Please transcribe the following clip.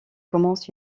commence